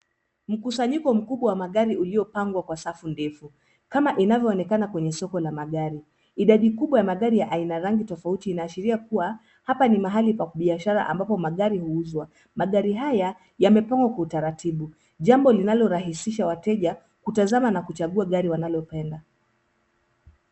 Mkusanyiko mkubwa wa magari uliopangwa kwa safu ndefu kama inavyoonekana kwenye soko la magari idadi kubwa ya magari ina rangi tofauti inaashiria kua hapa ni mahali pa biashara ambapo magari huuzwa, magari haya yamepangwa kwa utaratibu, jambo linalorahisisha wateja kutazama na kuchagua gari wanalopenda.